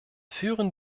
führen